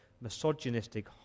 misogynistic